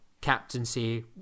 captaincy